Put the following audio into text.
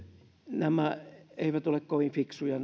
nämä massamaiset polttonesteverojen korotukset eivät ole kovin fiksuja